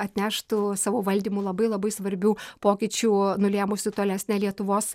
atneštų savo valdymu labai labai svarbių pokyčių nulėmusių tolesnę lietuvos